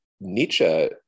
Nietzsche